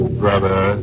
brother